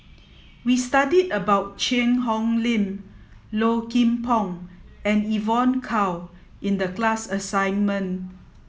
we studied about Cheang Hong Lim Low Kim Pong and Evon Kow in the class assignment